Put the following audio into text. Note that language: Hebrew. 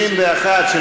71,